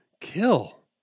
Kill